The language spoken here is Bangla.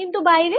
কিন্তু বাইরে